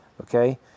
Okay